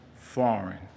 foreign